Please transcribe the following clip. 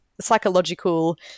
psychological